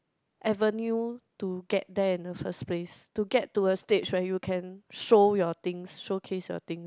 avenue to get there in the first place to get towards stage where you can show your things showcase your thing